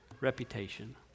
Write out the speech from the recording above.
reputation